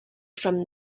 from